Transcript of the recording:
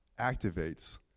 activates